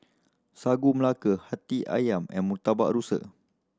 Sagu Melaka Hati Ayam and Murtabak Rusa